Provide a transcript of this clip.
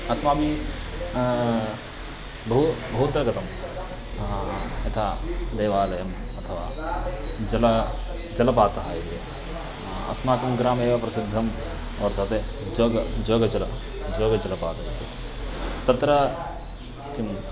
अस्माभिः बहु बहुत्र गतं यथा देवालयम् अथवा जलं जलपातः इति अस्माकं ग्रामे एव प्रसिद्धं वर्तते जोग जोगजलं जोगजलपातः तत्र किं